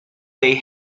they